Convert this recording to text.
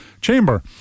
Chamber